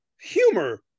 humor